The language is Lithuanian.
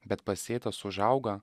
bet pasėtas užauga